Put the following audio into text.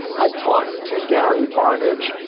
i talked to gary barnes edge,